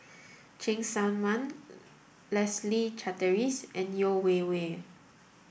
Cheng Tsang Man Leslie Charteris and Yeo Wei Wei